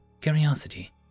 curiosity